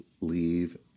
leave